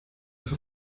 paar